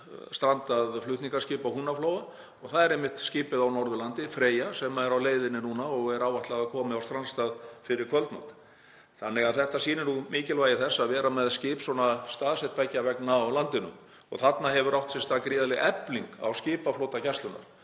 strandað flutningaskip á Húnaflóa og það er einmitt skipið á Norðurlandi, Freyja, sem er á leiðinni núna og er áætlað að komi á strandstað fyrir kvöldmat. Þetta sýnir mikilvægi þess að vera með skip staðsett beggja vegna á landinu. Þarna hefur átt sér stað gríðarleg efling á skipaflota Gæslunnar.